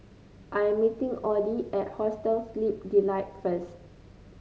I am meeting Audie at Hostel Sleep Delight first